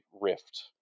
rift